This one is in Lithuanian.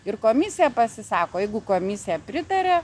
ir komisija pasisako jeigu komisija pritaria